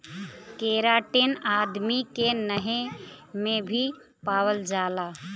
keratin आदमी के नहे में भी पावल जाला